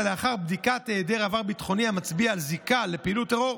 אלא לאחר בדיקת היעדר עבר ביטחוני המצביע על זיקה לפעילות טרור.